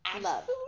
love